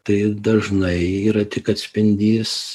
tai dažnai yra tik atspindys